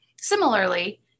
Similarly